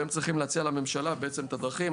והם צריכים להציע לממשלה בעצם את הדרכים